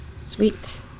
Sweet